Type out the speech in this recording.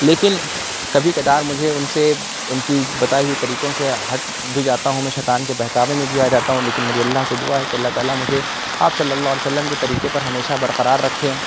لیکن کبھی کبھار مجھے اُن سے اُن کی بتائی ہوئی طریقوں سے ہٹ بھی جاتا ہوں میں شیطان کے بہکاوے میں بھی آ جاتا ہوں لیکن میری اللہ سے دُعا ہے کہ اللہ تعالیٰ مجھے آپ صلی اللہ علیہ وسلم کے طریقے پر ہمیشہ برقرار رکھے